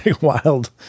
wild